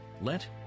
Let